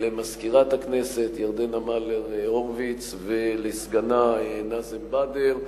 למזכירת הכנסת ירדנה מלר-הורוביץ ולסגנה נאזם בדר,